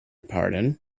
pardon